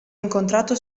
incontrato